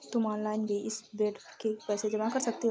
तुम ऑनलाइन भी इस बेड के पैसे जमा कर सकते हो